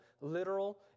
literal